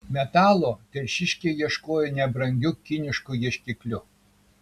metalo telšiškiai ieškojo nebrangiu kinišku ieškikliu